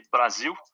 Brasil